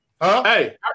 Hey